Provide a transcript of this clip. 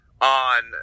on –